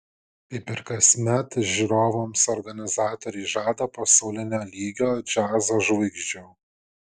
kaip ir kasmet žiūrovams organizatoriai žada pasaulinio lygio džiazo žvaigždžių